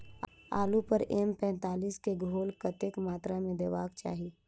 आलु पर एम पैंतालीस केँ घोल कतेक मात्रा मे देबाक चाहि?